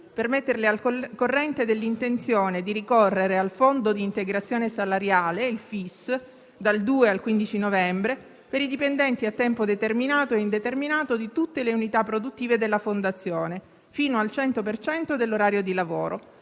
per metterle al corrente dell'intenzione di ricorrere al Fondo di integrazione salariale (FIS) dal 2 al 15 novembre per i dipendenti a tempo determinato e indeterminato di tutte le unità produttive della fondazione, fino al 100 per cento dell'orario di lavoro.